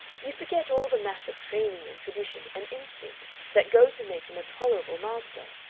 you forget all the mass of training and tradition and instinct that go to make him a tolerable master.